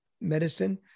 medicine